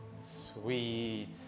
Sweet